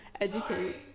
Educate